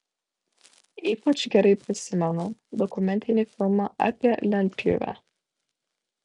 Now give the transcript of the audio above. ypač gerai prisimenu dokumentinį filmą apie lentpjūvę